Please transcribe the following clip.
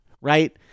right